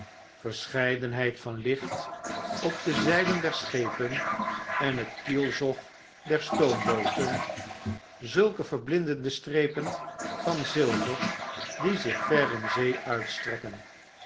verscheidenheid van licht op de zeilen der schepen en het kielzog der stoombooten zulke verblindende strepen van zilver die zich ver in zee uitstrekken